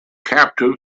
captive